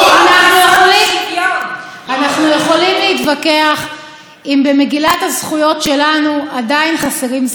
אנחנו יכולים להתווכח אם במגילת הזכויות שלנו עדיין חסרות זכויות.